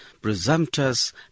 presumptuous